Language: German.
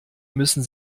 müssen